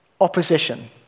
opposition